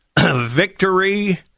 victory